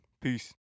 Peace